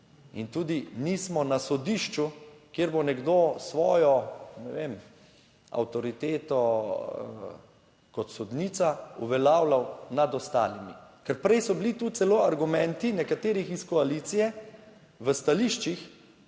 In tudi nismo na sodišču, kjer bo nekdo svojo, ne vem, avtoriteto kot sodnica uveljavljal nad ostalimi. Ker prej so bili tu celo argumenti nekaterih iz koalicije v stališčih